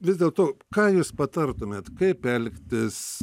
vis dėl to ką jūs patartumėt kaip elgtis